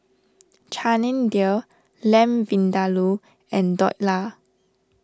Chana Dal Lamb Vindaloo and Dhokla